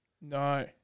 No